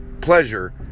pleasure